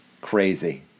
Crazy